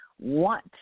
want